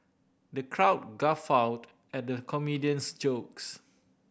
the crowd guffawed at the comedian's jokes